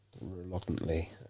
reluctantly